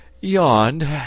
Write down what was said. yawned